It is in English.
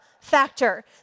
factor